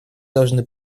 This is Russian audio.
должны